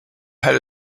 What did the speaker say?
had